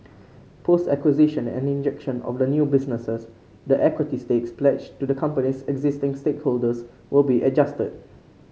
post acquisition and injection of the new businesses the equity stakes pledged to the company's existing stakeholders will be adjusted